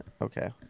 okay